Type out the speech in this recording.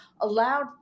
allowed